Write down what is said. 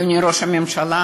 אדוני ראש הממשלה,